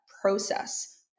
process